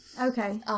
Okay